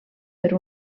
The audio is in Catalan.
per